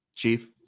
Chief